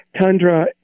tundra